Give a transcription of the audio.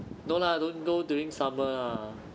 no lah don't go during summer ah